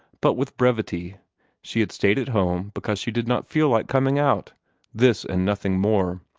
but with brevity she had stayed at home because she did not feel like coming out this and nothing more.